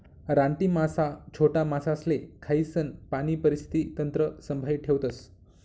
रानटी मासा छोटा मासासले खायीसन पाणी परिस्थिती तंत्र संभाई ठेवतस